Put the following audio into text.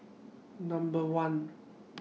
Number one